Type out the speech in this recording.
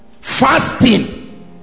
Fasting